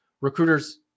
recruiters